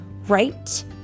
right